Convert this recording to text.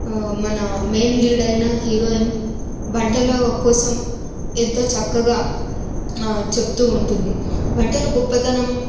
మన main lead అయిన heroine వంటల కోసం ఎంతో చక్కగా చెప్తూ ఉంటుంది వంటల గొప్పతనం